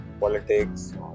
politics